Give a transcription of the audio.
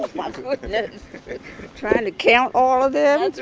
like you know trying to count all of them. that's